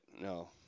no